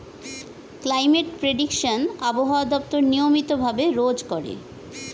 climate prediction আবহাওয়া দপ্তর নিয়মিত ভাবে রোজ করে